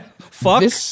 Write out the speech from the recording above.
Fuck